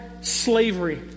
slavery